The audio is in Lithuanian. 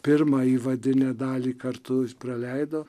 pirmą įvadinę dalį kartu praleido